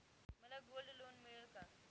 मला gold loan मिळेल का?